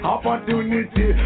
Opportunity